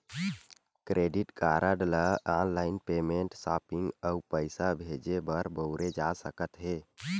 credit card ल online payment, shopping अउ पइसा भेजे बर बउरे जा सकत हे